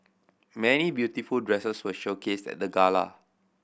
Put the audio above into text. many beautiful dresses were showcased at the gala